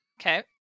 Okay